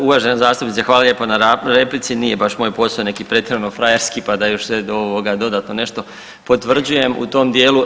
Ne …/nerazumljivo/… uvažena zastupnica hvala lijepa na replici, nije baš moj posao neki pretjerano frajerski pa da još se ovoga dodatno nešto potvrđujem u tom dijelu.